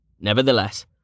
Nevertheless